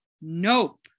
nope